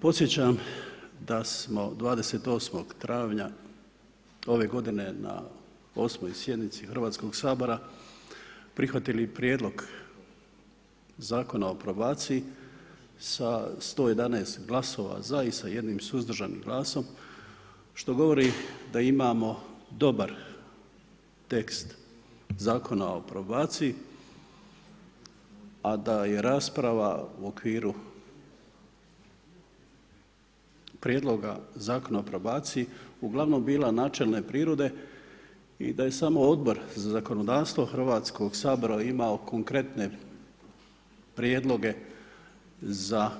Podsjećam da smo 28. travnja ove godine na 8. sjednici Hrvatskog sabora prihvatili prijedlog Zakon o probaciji sa 111 glasova za i sa 1 suzdržanim glasom što govori da imamo dobar tekst Zakona o probaciji a da je rasprava u okviru prijedloga Zakona o probaciji uglavnom bila načelne prirode i da je samo Odbor za zakonodavstvo Hrvatskog sabora imao konkretne prijedloge za